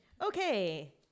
Okay